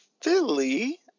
Philly